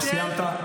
אתם --- סיימת?